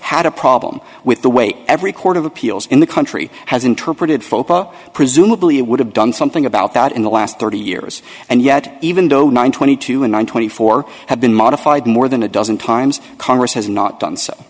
had a problem with the way every court of appeals in the country has interpreted focus presumably it would have done something about that in the last thirty years and yet even though nine twenty two in one thousand and four have been modified more than a dozen times congress has not done so